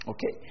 Okay